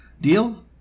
Deal